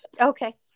Okay